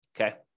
Okay